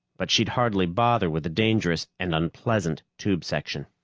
but she'd hardly bother with the dangerous and unpleasant tube section.